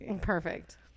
perfect